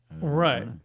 Right